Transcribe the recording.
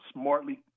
smartly